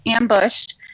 ambushed